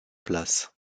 place